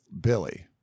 Billy